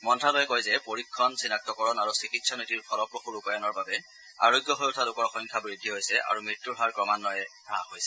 মন্ত্যালয়ে কৈছে যে পৰীক্ষণ চিনাক্তকৰণ আৰু চিকিৎসা নীতিৰ ফলপ্ৰসূ ৰূপায়ণৰ বাবে আৰোগ্য হৈ উঠা লোকৰ সংখ্যা বৃদ্ধি পাইছে আৰু মৃত্যুৰ হাৰ ক্ৰমান্নয়ে হ্ৰাস পাইছে